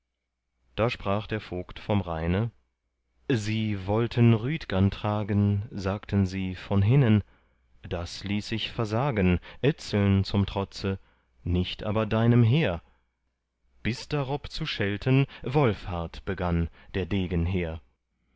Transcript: da sprach der vogt vom rheine sie wollten rüdgern tragen sagten sie von hinnen das ließ ich versagen etzeln zum trotze nicht aber deinem heer bis darob zu schelten wolfhart begann der degen hehr